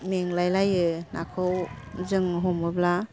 मेंलाय लायो नाखौ जों हमोब्ला